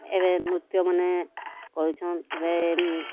ଏବେ ନୃତ୍ୟମାନେ କରୁଛନ୍ ଏବେ